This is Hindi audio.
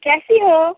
कैसी हो